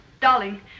Darling